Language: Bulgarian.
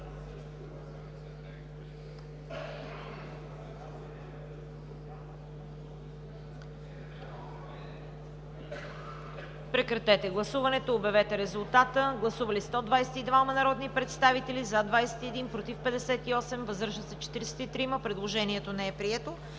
Прекратете гласуването и обявете резултата. Гласували 121 народни представители: за 11, против 55, въздържали се 55. Предложението не е прието.